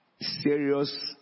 Serious